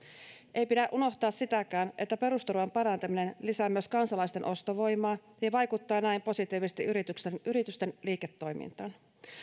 ei pidä unohtaa sitäkään että perusturvan parantaminen lisää myös kansalaisten ostovoimaa ja vaikuttaa näin positiivisesti yritysten yritysten liiketoimintaan